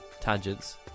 tangents